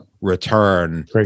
return